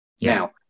Now